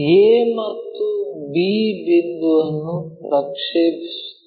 a ಮತ್ತು b ಬಿಂದುವನ್ನು ಪ್ರಕ್ಷೇಪಿಸುತ್ತೇವೆ